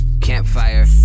Campfire